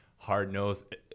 hard-nosed